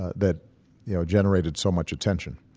ah that you know generated so much attention.